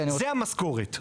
זאת המשכורת.